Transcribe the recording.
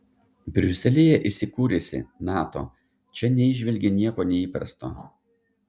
briuselyje įsikūrusi nato čia neįžvelgė nieko neįprasto